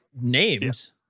names